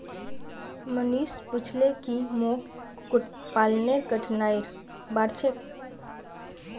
मनीष पूछले की मोक कुक्कुट पालनेर कठिनाइर बार छेक